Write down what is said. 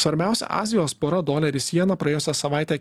svarbiausia azijos pora doleris jena praėjusią savaitę